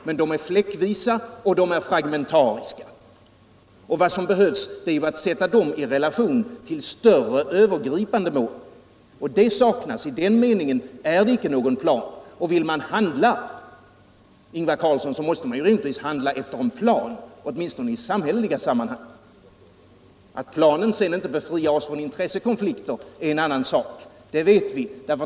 Men de är fläckvisa och fragmentariska. Vad som behövs är att dessa sätts i relation till övergripande mål. Det har inte skett, och i den meningen är detta icke någon plan. Vill man handla måste man rimligtvis handla efter en plan — åtminstone i samhälleliga sammanhang. Att planen sedan inte befriar oss från intressekonflikter är en annan sak.